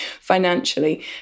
financially